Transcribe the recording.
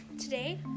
Today